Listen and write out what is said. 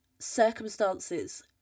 Circumstances